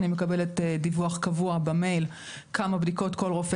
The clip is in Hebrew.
אני מקבלת דיווח קבוע במייל כמה בדיקות כל רופא